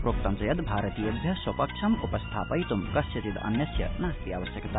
प्रोक्तं च यद भारतीयेभ्य स्व पक्षमपस्थापयित् कस्यचिदन्यस्य नास्ति आवश्यकता